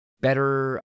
better